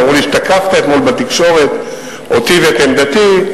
אמרו לי שתקפת אתמול בתקשורת אותי ואת עמדתי.